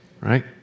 right